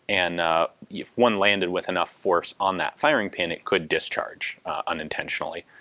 and if one landed with enough force on that firing pin it could discharge unintentionally.